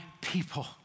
people